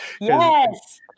Yes